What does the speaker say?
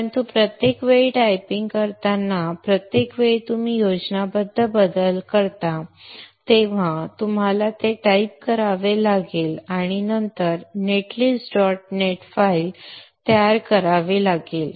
परंतु प्रत्येक वेळी टायपिंग करताना प्रत्येक वेळी तुम्ही योजनाबद्ध बदल करता तेव्हा तुम्हाला हे टाइप करावे लागेल आणि नंतर net list dot net file तयार करावी लागेल